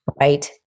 right